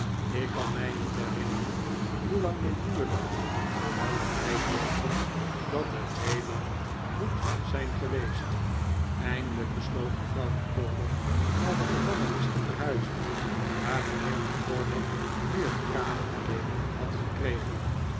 ik kan mij niet herinneren hoelang dit duurde hoewel het mij voorkomt dat het heel lang moet zijn geweest eindelijk besloot mevrouw micawber naar de gevangenis te verhuizen waar mijnheer micawber nu een kamer alleen had gekregen